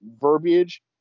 verbiage